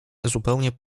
zupełnie